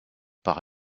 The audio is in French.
par